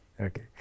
Okay